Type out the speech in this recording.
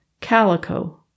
calico